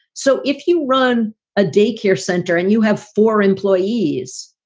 so if you run a daycare center and you have four employees,